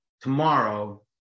tomorrow